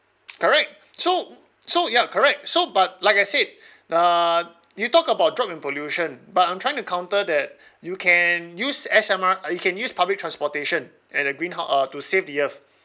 correct so so ya correct so but like I said uh you talk about drug and pollution but I'm trying to counter that you can use S_M_R you can use public transportation and a greenhou~ uh to save the earth